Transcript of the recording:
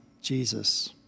Jesus